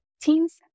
teams